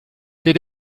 did